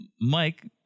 Mike